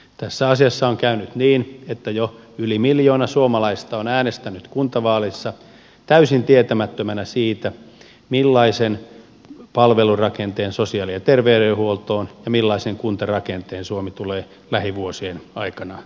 tässä asiassa on käynyt niin että jo yli miljoona suomalaista on äänestänyt kuntavaaleissa täysin tietämättömänä siitä millaisen palvelurakenteen sosiaali ja terveydenhuoltoon ja millaisen kuntarakenteen suomi tulee lähivuosien aikana saamaan